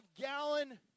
gallon